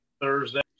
Thursday